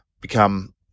become